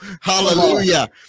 Hallelujah